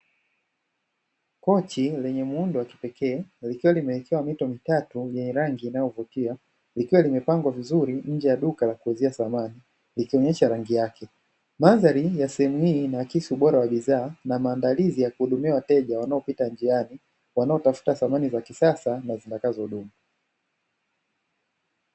Kochi lenye muundo wa kipekee likiwa limewekewa mito mitatu yenye rangi inayovutia likiwa limepangwa vizuri nje ya duka kuuzia samani likionyesha rangi yake, mandhari ya sehemu hii inahakisi ubora wa bidhaa na maandalizi ya kuhudumiwa wateja wanaopita njiani wanaotafuta samani za kisasa na zitakazo dumu.